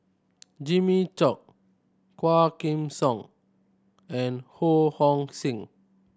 Jimmy Chok Quah Kim Song and Ho Hong Sing